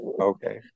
Okay